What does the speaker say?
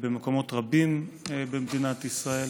במקומות רבים במדינת ישראל.